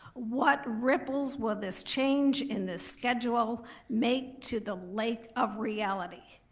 what ripples will this change in the schedule make to the lake of reality?